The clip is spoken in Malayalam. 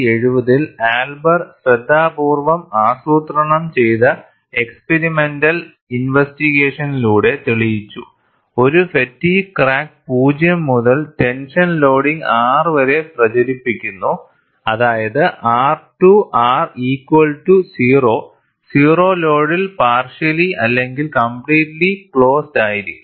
1970 ൽ എൽബർ ശ്രദ്ധാപൂർവ്വം ആസൂത്രണം ചെയ്ത എക്സ്പിരിമെന്റൽ ഇൻവെസ്റ്റിഗേഷനിലൂടെ തെളിയിച്ചു ഒരു ഫാറ്റിഗ്ഗ് ക്രാക്ക് പൂജ്യം മുതൽ ടെൻഷൻ ലോഡിംഗ് R വരെ പ്രചരിപ്പിക്കുന്നു അതായത് R to R equal to 0 zero ലോഡിൽ പാർഷ്യലി അല്ലെങ്കിൽ കംപ്ലിറ്റിലി ക്ലോസ്ഡ് ആയിരിക്കും